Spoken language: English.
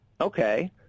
Okay